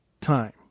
time